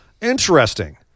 interesting